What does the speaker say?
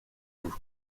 vous